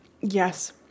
Yes